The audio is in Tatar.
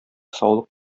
саулык